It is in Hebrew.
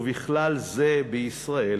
ובכלל זה בישראל,